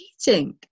teaching